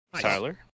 Tyler